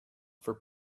for